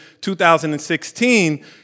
2016